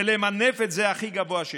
ולמנף את זה הכי גבוה שאפשר.